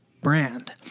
brand